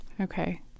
Okay